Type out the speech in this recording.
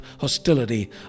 hostility